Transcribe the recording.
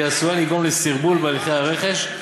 והוא עשוי לגרום לסרבול בהליך הרכש,